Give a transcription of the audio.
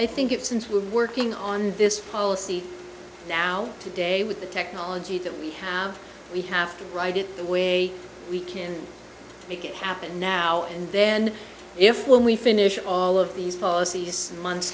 i think if since we're working on this policy now today with the technology that we have we have to write it the way we can make it happen now and then if when we finish all of these bossiness months